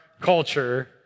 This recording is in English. culture